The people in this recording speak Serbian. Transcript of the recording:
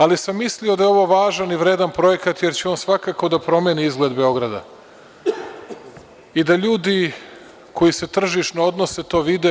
Ali, mislio sam da je ovo važan i vredan projekat jer će on svakako da promeni izgled Beograda i da ljudi koji se tržišno odnose to vide.